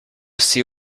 see